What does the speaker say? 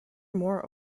more